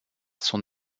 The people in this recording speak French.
son